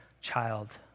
Child